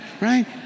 right